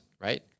right